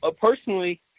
Personally